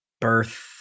birth